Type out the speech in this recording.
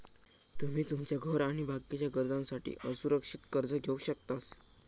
तुमी तुमच्या घर आणि बाकीच्या गरजांसाठी असुरक्षित कर्ज घेवक शकतास